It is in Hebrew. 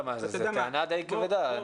זו טענה די כבדה.